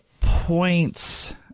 points